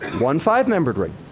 one five-membered ring.